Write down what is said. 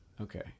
Okay